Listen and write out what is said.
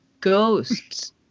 ghosts